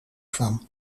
kwam